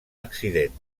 accident